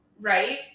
right